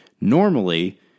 normally